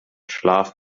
schlaf